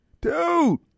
Dude